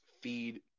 feed